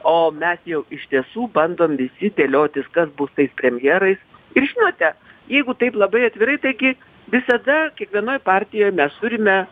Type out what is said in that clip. o mes jau iš tiesų bandom visi dėliotis kas bus tais premjerais ir žinote jeigu taip labai atvirai taigi visada kiekvienoj partijoj mes turime